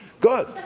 Good